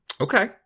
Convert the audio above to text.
Okay